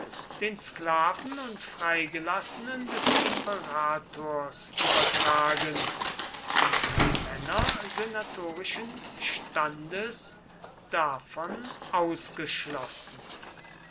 den sklaven und freigelassenen des imperators übertragen und die männer senatorischen standes davon ausgeschlossen